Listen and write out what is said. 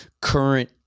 current